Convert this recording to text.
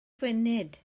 funud